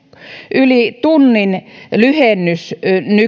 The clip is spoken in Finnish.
yli tunnin lyhennys